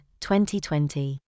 2020